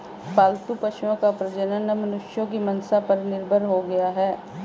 पालतू पशुओं का प्रजनन अब मनुष्यों की मंसा पर निर्भर हो गया है